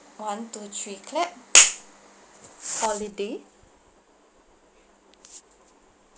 one two three clap holiday